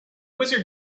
wizard